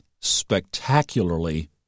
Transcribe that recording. spectacularly